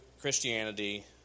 Christianity